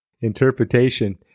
interpretation